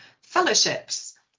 fellowships